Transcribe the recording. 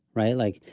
right, like,